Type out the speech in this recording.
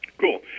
Cool